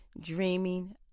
dreaming